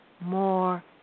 more